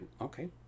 okay